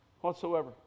whatsoever